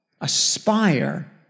Aspire